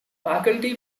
faculty